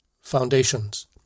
foundations